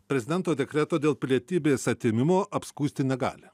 prezidento dekreto dėl pilietybės atėmimo apskųsti negali